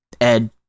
Ed